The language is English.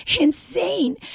insane